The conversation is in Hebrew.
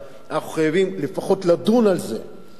אנחנו חייבים לפחות לדון על זה בממשלה,